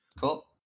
Cool